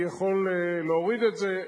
אני יכול להוריד את זה.